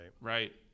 Right